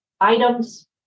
items